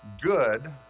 good